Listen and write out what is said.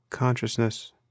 consciousness